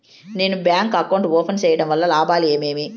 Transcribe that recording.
నేను bank account open సేయడం వల్ల లాభాలు ఏమేమి?